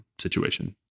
situation